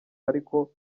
ariko